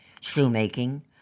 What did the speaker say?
shoemaking